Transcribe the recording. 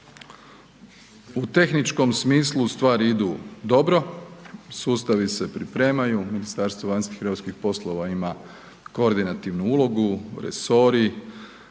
U tehničkom smislu stvari idu dobro, sustavi se pripremaju, Ministarstvo vanjskih hrvatskih poslova ima koordinativnu ulogu, resori,